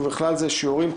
ובכלל זה שיעורים,